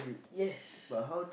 yes